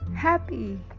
Happy